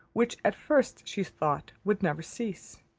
which at first she thought would never cease.